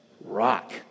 Rock